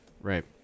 right